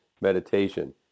meditation